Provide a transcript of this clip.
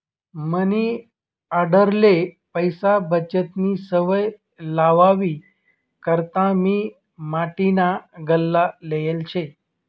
मनी आंडेरले पैसा बचतनी सवय लावावी करता मी माटीना गल्ला लेयेल शे